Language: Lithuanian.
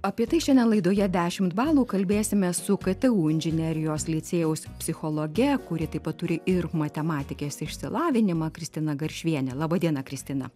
apie tai šiandien laidoje dešimt balų kalbėsime su ktu inžinerijos licėjaus psichologe kuri taip pat turi ir matematikės išsilavinimą kristina garšviene laba diena kristina